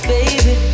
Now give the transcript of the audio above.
Baby